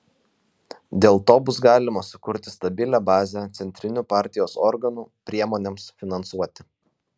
dėl to bus galima sukurti stabilią bazę centrinių partijos organų priemonėms finansuoti